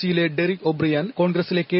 C യിലെ Derek O'Brien കോൺഗ്രസിലെ K